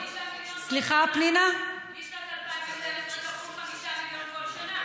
משנת 2012 כפול 5 מיליון כל שנה.